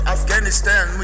Afghanistan